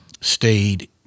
stayed